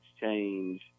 change